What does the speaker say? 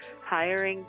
hiring